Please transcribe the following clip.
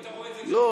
אתה רואה את זה, לא.